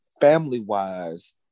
family-wise